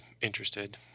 interested